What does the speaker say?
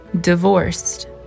divorced